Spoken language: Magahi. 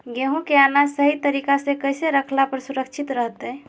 गेहूं के अनाज सही तरीका से कैसे रखला पर सुरक्षित रहतय?